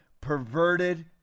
perverted